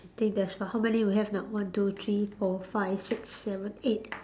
think that's all how many you have now one two three four five six seven eight